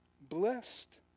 Blessed